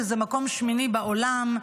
מקום שמיני בעולם.